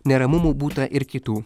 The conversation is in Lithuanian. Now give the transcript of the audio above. neramumų būta ir kitų